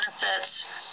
benefits